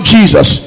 Jesus